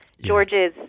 George's